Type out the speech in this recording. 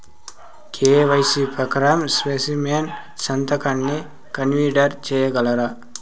KYC ప్రకారం specimen సంతకాన్ని consider సేయగలరా?